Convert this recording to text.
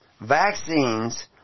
vaccines